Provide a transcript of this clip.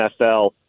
NFL